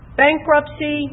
bankruptcy